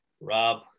Rob